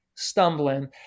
stumbling